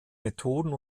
methoden